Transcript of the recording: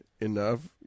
enough